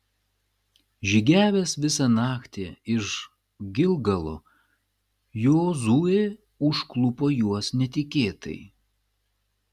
žygiavęs visą naktį iš gilgalo jozuė užklupo juos netikėtai